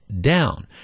down